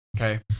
okay